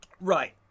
Right